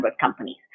companies